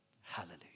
hallelujah